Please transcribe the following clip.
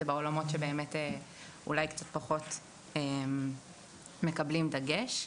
זה בעולמות שאולי קצת פחות מקבלים דגש.